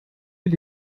nur